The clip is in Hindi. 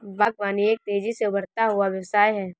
बागवानी एक तेज़ी से उभरता हुआ व्यवसाय है